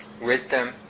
Wisdom